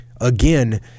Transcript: again